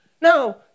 Now